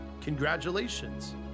congratulations